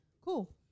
Cool